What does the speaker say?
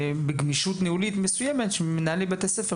בגמישות ניהולית מסוימת שמנהלי בתי הספר